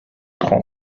trente